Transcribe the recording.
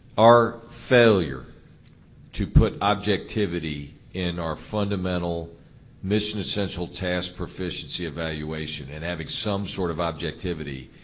our failure to put objectivity in our fundamental mission essential task proficiency evaluation and having some sort of objectivity,